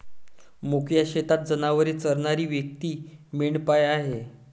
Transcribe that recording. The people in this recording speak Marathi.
मोकळ्या शेतात जनावरे चरणारी व्यक्ती मेंढपाळ आहे